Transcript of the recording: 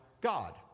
God